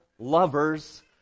lovers